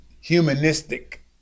humanistic